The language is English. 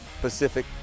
Pacific